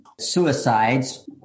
Suicides